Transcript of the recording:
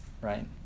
right